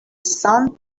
sun